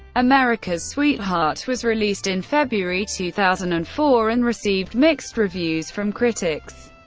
america's sweetheart was released in february two thousand and four, and received mixed reviews from critics.